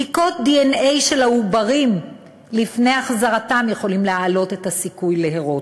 בדיקות דנ"א של העוברים לפני החזרתם יכולות להעלות את הסיכוי להרות,